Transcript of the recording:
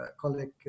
colleague